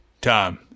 Tom